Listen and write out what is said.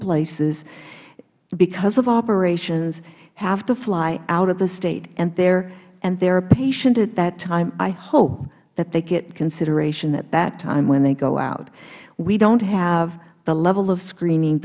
places because of operations have to fly out of the state and they are a patient at that time i hope that they get consideration at that time when they go out we don't have the level of screening